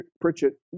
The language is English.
Pritchett